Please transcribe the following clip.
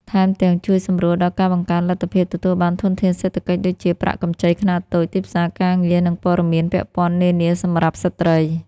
ថែមទាំង ជួយសម្រួលដល់ការបង្កើនលទ្ធភាពទទួលបានធនធានសេដ្ឋកិច្ច ដូចជាប្រាក់កម្ចីខ្នាតតូច ទីផ្សារការងារ និងព័ត៌មានពាក់ព័ន្ធនានាសម្រាប់ស្ត្រី។